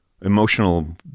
emotional